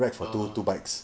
(uh huh)